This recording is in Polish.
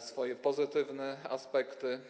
swoje pozytywne aspekty.